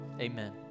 amen